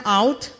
out